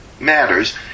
matters